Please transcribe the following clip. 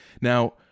Now